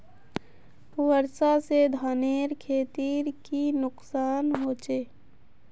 वर्षा से धानेर खेतीर की नुकसान होचे?